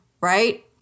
Right